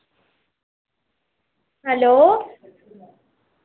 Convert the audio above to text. hello